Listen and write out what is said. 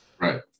Right